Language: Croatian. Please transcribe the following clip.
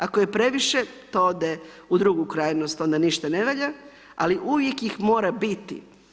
Ako je previše, to ode u drugu krajnost, onda ništa ne valja, ali uvijek ih mora biti.